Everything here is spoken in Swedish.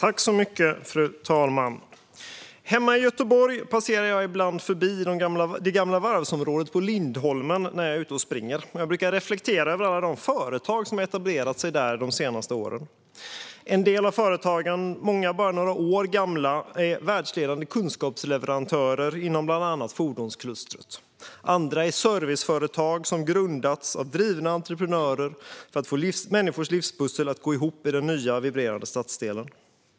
Fru talman! Hemma i Göteborg passerar jag ibland förbi det gamla varvsområdet på Lindholmen när jag är ute och springer. Då brukar jag reflektera över alla de företag som etablerat sig där de senaste åren. En del av företagen, många bara några år gamla, är världsledande kunskapsleverantörer inom bland annat fordonsklustret. Andra är serviceföretag som grundats av drivna entreprenörer för att få människors livspussel att gå ihop i den nya, vibrerande stadsdelen.